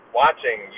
watching